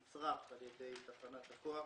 אכן נצרך על ידי תחנת הכוח.